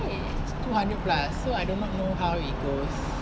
two hundred plus so I do not know how it goes